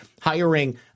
hiring